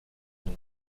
nom